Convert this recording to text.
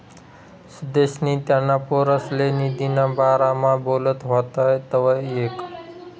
सुदेशनी त्याना पोरसले निधीना बारामा बोलत व्हतात तवंय ऐकं